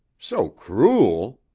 so cruel!